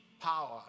power